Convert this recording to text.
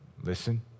listen